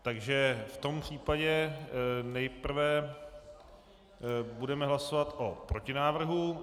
Takže v tom případě nejprve budeme hlasovat o protinávrhu.